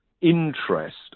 interest